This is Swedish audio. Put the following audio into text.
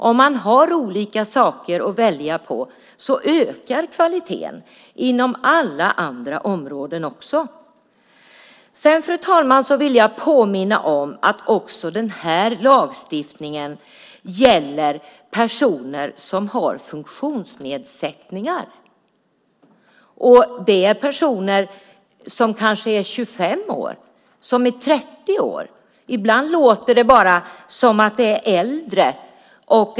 Om man har olika saker att välja på ökar kvaliteten inom alla andra områden också. Fru talman! Jag vill påminna om att den här lagstiftningen också gäller personer som har funktionsnedsättningar. Det är personer som kanske är 25 eller 30 år. Ibland låter det som om det är äldre.